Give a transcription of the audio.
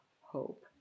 hope